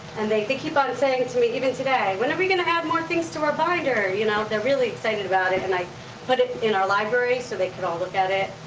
and they keep on saying to me, even today, when are we gonna add more things to our binder? you know they're really excited about it, and i put it in our library so they could all look at it.